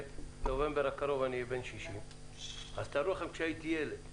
בנובמבר הקרוב אני אהיה בן 60. תארו לכם כשהייתי ילד